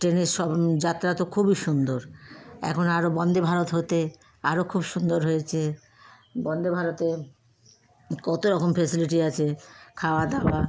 ট্রেনের স্মরণ যাত্রা তো খুবই সুন্দর এখন আরও বন্দে ভারত হতে আরও খুব সুন্দর হয়েছে বন্দে ভারতে কতরকম ফেসিলিটি আছে খাওয়াদাওয়া